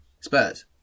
spurs